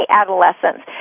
adolescence